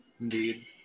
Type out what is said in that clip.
Indeed